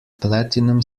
platinum